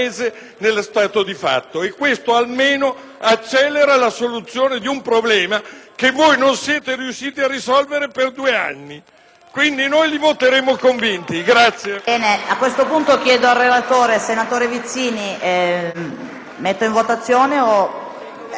accelera la soluzione di un problema che voi non siete riusciti a risolvere per due anni. Quindi, noi siamo convintamente